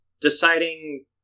deciding